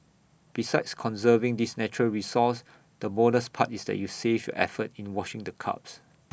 besides conserving this natural resource the bonus part is that you save your effort in washing the cups